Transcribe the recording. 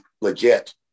legit